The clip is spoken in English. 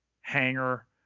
hangar